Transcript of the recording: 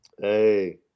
Hey